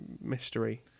mystery